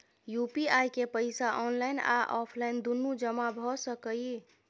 UPI के पैसा online आ ऑफलाइन दुनू जमा भ सकै इ?